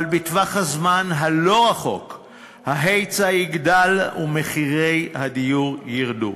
אבל בטווח הזמן הלא-רחוק ההיצע יגדל ומחירי הדיור ירדו.